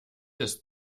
des